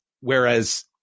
whereas